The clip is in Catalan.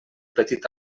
petit